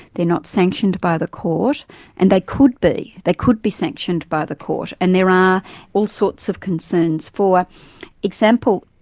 not sanctioned by the court and they could be. they could be sanctioned by the court, and there are all sorts of concerns. for example,